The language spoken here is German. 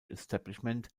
establishment